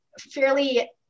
fairly